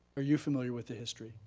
are you familiar with the history?